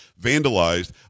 vandalized